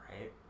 right